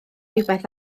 rywbeth